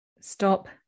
stop